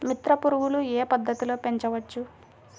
మిత్ర పురుగులు ఏ పద్దతిలో పెంచవచ్చు?